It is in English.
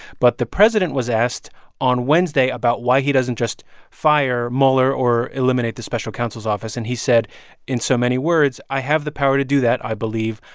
but the president was asked on wednesday about why he doesn't just fire mueller or eliminate the special counsel's office. and he said in so many words, i have the power to do that, i believe.